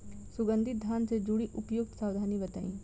सुगंधित धान से जुड़ी उपयुक्त सावधानी बताई?